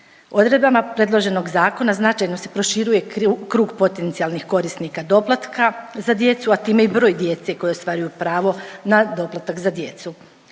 Odredbama predloženog zakona značajno se proširuje krug potencijalnih korisnika doplatka za djecu, a time i broj djece koja ostvaruju pravo na doplatak za djecu.